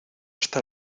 está